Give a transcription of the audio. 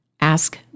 Ask